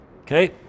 Okay